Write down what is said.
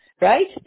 Right